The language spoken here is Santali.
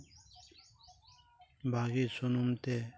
ᱵᱷᱟᱜᱮ ᱥᱩᱱᱩᱢ ᱛᱮ